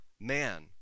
man